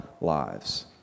lives